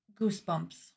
goosebumps